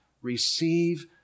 Receive